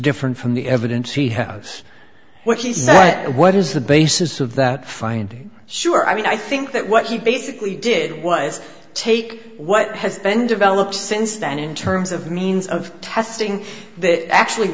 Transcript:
different from the evidence he has what he said what is the basis of that finding sure i mean i think that what he basically did was take what has been developed since then in terms of means of testing actually